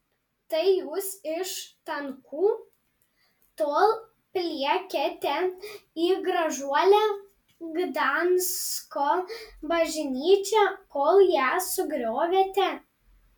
tai jūs iš tankų tol pliekėte į gražuolę gdansko bažnyčią kol ją sugriovėte